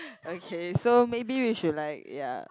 okay so maybe we should like ya